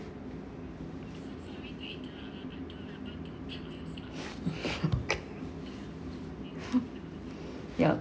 ya